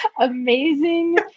amazing